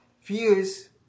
Fuse